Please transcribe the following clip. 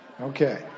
Okay